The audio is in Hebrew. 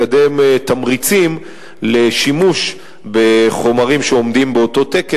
לקדם תמריצים לשימוש בחומרים שעומדים באותו תקן,